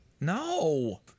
No